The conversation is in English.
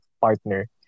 partner